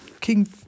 King